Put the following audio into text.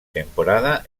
temporada